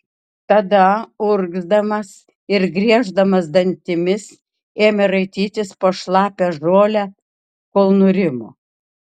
tada urgzdamas ir grieždamas dantimis ėmė raitytis po šlapią žolę kol nurimo